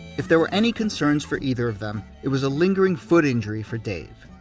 if there were any concerns for either of them, it was a lingering foot injury for dave.